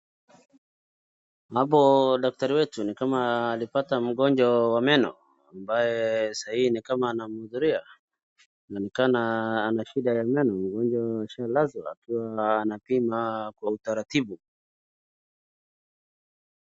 Hapo dakatari wetu ni kama alipata mgonjwa wa meno, ambaye sahii ni kama anamhudhuria. Inaonekana ako na shida ya meno. Mgonjwa ashalazwa akiwa anapima kwa utaratibu.